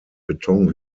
beton